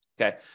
okay